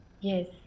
Yes